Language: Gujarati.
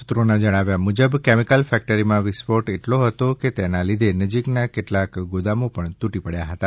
સૂત્રોના જણાવ્યા મુજબ કેમિકલ ફેક્ટરીમાં વિસ્ફોટ એટલો હતો કે તેના લીધે નજીકના કેટલાક ગોદામો પણ તૂટી પડ્યા હતા